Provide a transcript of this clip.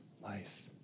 life